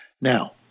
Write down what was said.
Now